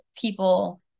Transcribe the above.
people